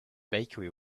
bakery